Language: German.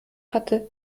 hatte